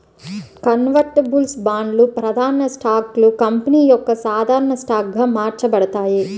convertibles బాండ్లు, ప్రాధాన్య స్టాక్లు కంపెనీ యొక్క సాధారణ స్టాక్గా మార్చబడతాయి